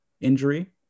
injury